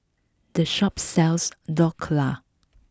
the shop sells Dhokla